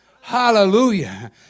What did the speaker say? Hallelujah